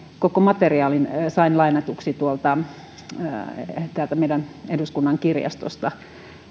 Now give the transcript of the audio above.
koko materiaalin lainatuksi täältä meidän eduskunnan kirjastosta